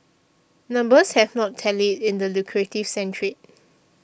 numbers have not tallied in the lucrative sand trade